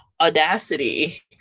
audacity